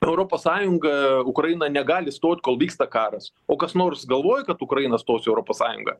europos sąjungą ukraina negali stot kol vyksta karas o kas nors galvoja kad ukraina stos į europos sąjungą